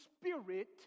Spirit